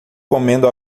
comendo